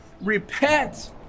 Repent